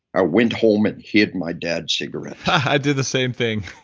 i went home and hid my dad's cigarettes i did the same thing